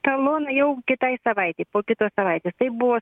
taloną jau kitai savaitei po kitos savaitės taip buvo